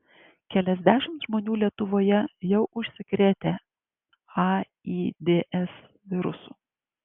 keliasdešimt žmonių lietuvoje jau užsikrėtę aids virusu